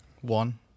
One